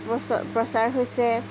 প্ৰচ প্ৰচাৰ হৈছে